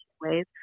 ways